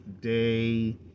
day